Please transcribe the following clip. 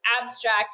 abstract